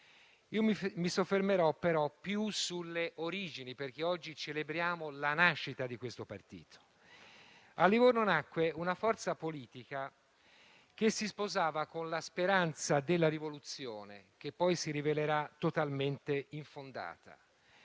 mi soffermerò però più sulle origini, perché oggi celebriamo la nascita di questo partito. A Livorno nacque una forza politica che si sposava con la speranza della rivoluzione, che poi si rivelerà totalmente infondata.